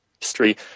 history